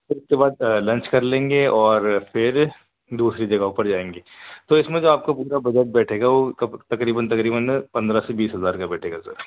پھراس کے بعد لنچ کر لیں گے اور پھر دوسری جگہوں پر جائیں گے تو اس میں جو آپ کا پورا بجٹ بیٹھے گا وہ تکریباً تکریباً پندرہ سے بیس ہزار کا بیٹھے گا سر